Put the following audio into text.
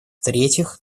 третьих